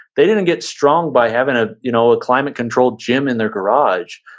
they didn't get strong by having a you know ah climate-controlled gym in their garage.